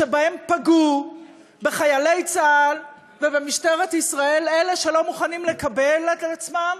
שבהם פגעו בחיילי צה"ל ובמשטרת ישראל אלה שלא מוכנים לקבל על עצמם